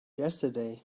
yesterday